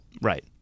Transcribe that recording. Right